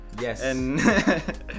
Yes